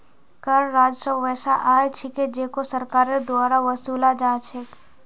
कर राजस्व वैसा आय छिके जेको सरकारेर द्वारा वसूला जा छेक